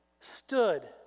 stood